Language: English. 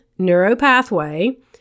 neuropathway